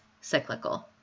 cyclical